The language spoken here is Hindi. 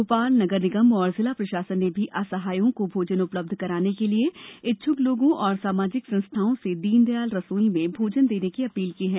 भोपाल नगर निगम और जिला प्रशासन ने भी असहायों को भोजन उपलब्ध कराने के लिए इच्छक लोगों और सामाजिक संस्थाओं से दीनदयाल रसोई में भोजन देने की अपील की है